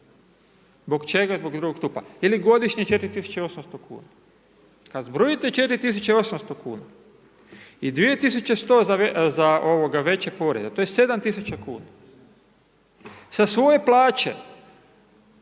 zbog čega? Zbog drugog stupa. Ili godišnje 4 800 kuna. Kad zbrojite 4 800 kuna i 2 100 za veće poreze, to je 7 000 kuna. Sa svoje plaće